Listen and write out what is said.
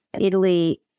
Italy